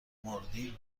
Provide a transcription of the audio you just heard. مردیم